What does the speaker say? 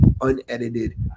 unedited